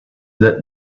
that